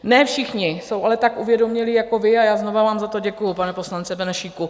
Ne všichni jsou ale tak uvědomělí jako vy, a já znova vám za to děkuji, pane poslanče Benešíku.